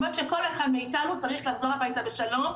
זאת אומרת שכל אחד מאיתנו צריך לחזור הביתה בשלום,